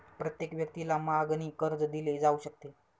प्रत्येक व्यक्तीला मागणी कर्ज दिले जाऊ शकते